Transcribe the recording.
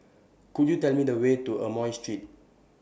Could YOU Tell Me The Way to Amoy Street